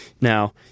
Now